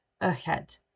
ahead